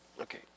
Okay